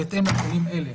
בהתאם לכללים אלה.